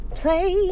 play